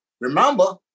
Remember